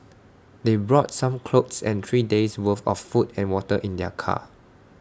they brought some clothes and three days' worth of food and water in their car